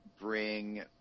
bring